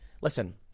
Listen